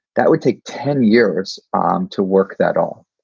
that would take ten years um to work that all.